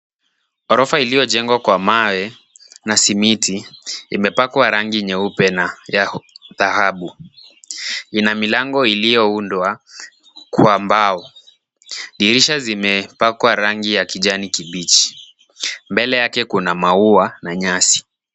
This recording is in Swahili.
Ghorofa iliyojengwa kwa mawe na simiti imepakwa rangi nyeupe na ya dhahabu. Ina milango iliyoundwa kwa mbao, dirisha zimepakwa rangi ya kijani kibichi. Mbele yake kuna maua na nyasi.